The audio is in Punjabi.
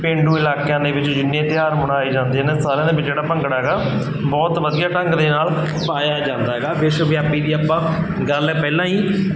ਪੇਂਡੂ ਇਲਾਕਿਆਂ ਦੇ ਵਿੱਚ ਜਿੰਨੇ ਤਿਉਹਾਰ ਮਨਾਏ ਜਾਂਦੇ ਇਹਨਾਂ ਸਾਰਿਆਂ ਦੇ ਵਿੱਚ ਜਿਹੜਾ ਭੰਗੜਾ ਹੈਗਾ ਬਹੁਤ ਵਧੀਆ ਢੰਗ ਦੇ ਨਾਲ ਪਾਇਆ ਜਾਂਦਾ ਹੈਗਾ ਵਿਸ਼ਵਵਿਆਪੀ ਵੀ ਆਪਾਂ ਗੱਲ ਪਹਿਲਾਂ ਹੀ